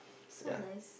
so nice